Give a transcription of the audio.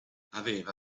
aveva